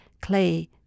clay